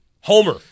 Homer